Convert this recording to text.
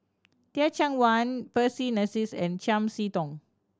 Teh Cheang Wan Percy McNeice and Chiam See Tong